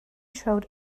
showed